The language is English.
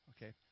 Okay